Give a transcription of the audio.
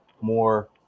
more